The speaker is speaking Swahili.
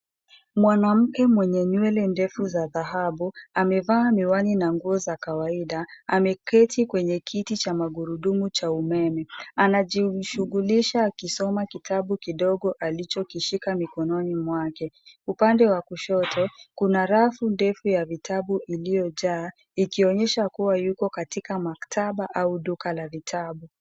Mwanamke mwenye nywele ndefu za dhahabu, amevaa miwani na nguo za kawaida, ameketi kwenye kiti cha magurudumu cha umeme. Anajishughulisha akisoma kitabu kidogo alichokishika mikononi mwake. Upande wa kushoto kuna rafu ndefu ya vitabu iliyojaa, ikionyesha kuwa yuko katika maktaba au duka la vitabu.